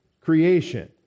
creation